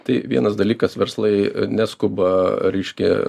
tai vienas dalykas verslai neskuba reiškia